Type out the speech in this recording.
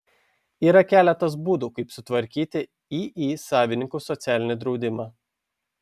yra keletas būdų kaip sutvarkyti iį savininkų socialinį draudimą